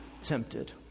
tempted